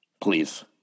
Please